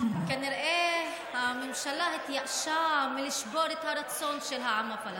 כנראה הממשלה התייאשה מלשבור את הרצון על העם הפלסטיני.